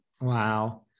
Wow